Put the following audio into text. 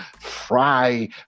fry